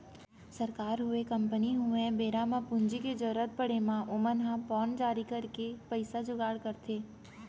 सरकार होय, कंपनी होय बेरा म पूंजी के जरुरत पड़े म ओमन ह बांड जारी करके पइसा जुगाड़ करथे